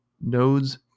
nodes